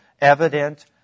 evident